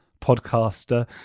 podcaster